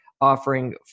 offering